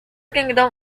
kingdom